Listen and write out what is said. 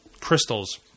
crystals